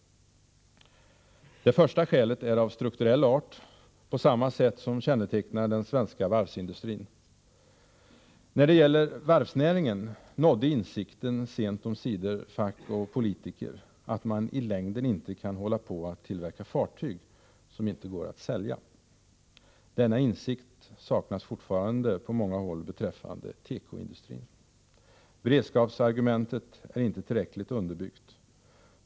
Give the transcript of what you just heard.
Det första skälet är av strukturell art, på samma sätt som kännetecknar den svenska varvsindustrin. När det gäller varvsnäringen nådde insikten sent omsider fack och politiker att man i längden inte kan hålla på att tillverka fartyg som inte går att sälja. Denna insikt saknas fortfarande på många håll beträffande tekoindustrin. Beredskapsargumentet är inte tillräckligt underbyggt.